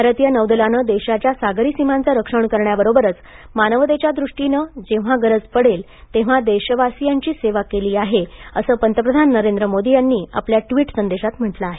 भारतीय नौदलानं देशाच्या सागरी सीमांचं रक्षण करण्याबरोबरच मानवतेच्या दृष्टीने जेव्हा गरज पडेल तेव्हा देशवासीयांची सेवा केली आहे असं पंतप्रधान नरेंद्र मोदी यांनी आपल्या ट्वीट संदेशात म्हटलं आहे